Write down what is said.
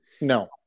No